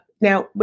Now